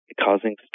causing